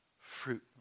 fruit